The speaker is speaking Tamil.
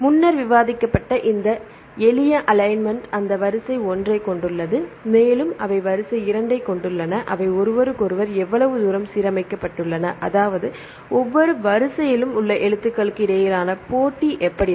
முன்னர் விவாதிக்கப்பட்ட இந்த எளிய அலைன்மென்ட் அந்த வரிசை 1 ஐக் கொண்டுள்ளது மேலும் அவை வரிசை 2 ஐக் கொண்டுள்ளன அவை ஒருவருக்கொருவர் எவ்வளவு தூரம் சீரமைக்கப்பட்டுள்ளன அதாவது ஒவ்வொரு வரிசையிலும் உள்ள எழுத்துக்களுக்கு இடையிலான போட்டி எப்படி இருக்கும்